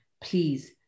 please